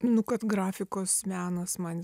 nu kad grafikos menas man